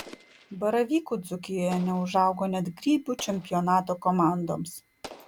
baravykų dzūkijoje neužaugo net grybų čempionato komandoms